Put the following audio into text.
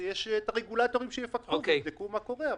יש את הרגולטורים שיפקחו ויבדקו מה קורה.